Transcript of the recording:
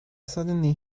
suddenly